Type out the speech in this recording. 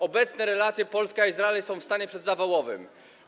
Obecne relacje Polska - Izrael są w stanie przedzawałowym.